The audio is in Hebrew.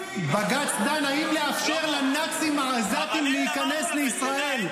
--- מזויפים --- בג"ץ דן האם לאפשר לנאצים העזתים להיכנס לישראל.